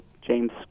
james